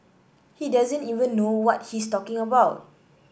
he doesn't even know what he's talking about